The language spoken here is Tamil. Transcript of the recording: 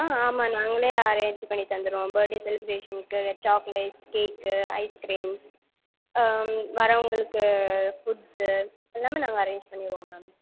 ஆ ஆமாம் நாங்களே அரேஞ்ச்சி பண்ணி தந்துடுவோம் பர்த் டே செலிப்ரேஷனுக்கு சாக்லேட்ஸ் கேக்கு ஐஸ் க்ரீம்ஸ் வரவர்களுக்கு ஃபுட்ஸு எல்லாமே நாங்கள் அரேஞ்ச் பண்ணிடுவோம் மேம்